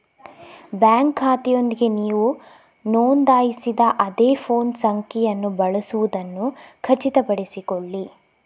bank ಖಾತೆಯೊಂದಿಗೆ ನೀವು ನೋಂದಾಯಿಸಿದ ಅದೇ ಫೋನ್ ಸಂಖ್ಯೆಯನ್ನು ಬಳಸುವುದನ್ನು ಖಚಿತಪಡಿಸಿಕೊಳ್ಳಿ